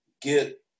get